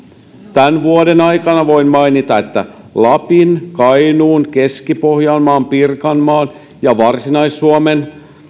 tämän vuoden aikana voin mainita lapin kainuun keski pohjanmaan pirkanmaan ja varsinais suomen